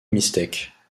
mistake